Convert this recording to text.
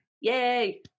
yay